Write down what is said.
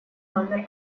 номер